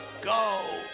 go